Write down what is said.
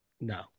No